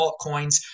altcoins